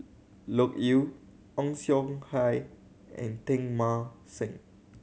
Loke Yew Ong Siong Kai and Teng Mah Seng